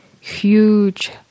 huge